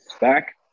back